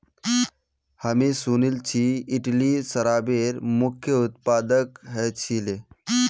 हामी सुनिल छि इटली शराबेर मुख्य उत्पादक ह छिले